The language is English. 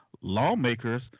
lawmakers